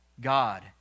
God